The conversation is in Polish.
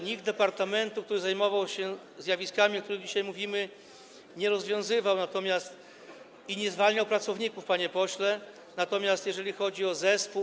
Nikt z departamentu, który zajmował się zjawiskami, o których dzisiaj mówimy, nie rozwiązywał ani nie zwalniał pracowników, panie pośle, natomiast jeżeli chodzi o zespół.